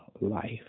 life